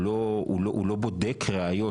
הוא לא בודק ראיות,